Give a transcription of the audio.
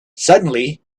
suddenly